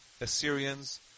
Assyrians